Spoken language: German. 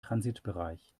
transitbereich